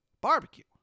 barbecue